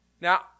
Now